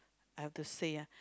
I've to say ah